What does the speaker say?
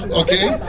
okay